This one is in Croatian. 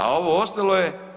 A ovo ostalo je